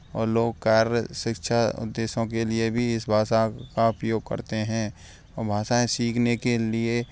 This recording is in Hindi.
और लोग कार्य शिक्षा उद्देश्यों के लिए भी इस भाषा का उपयोग करते हैं भाषाएँ सीखने के लिए